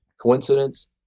coincidence